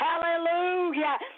Hallelujah